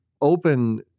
open